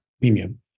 premium